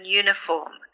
uniform